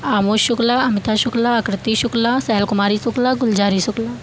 Amod Shukla Amrita Shukla Aakriti Shukla Sahu Kumari Shukla Gulzari Shukla